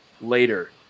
later